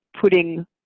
putting